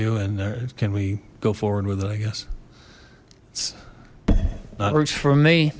you and can we go forward with it i guess that works for me